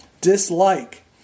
dislike